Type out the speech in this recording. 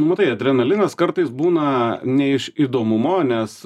matai adrenalinas kartais būna ne iš įdomumo nes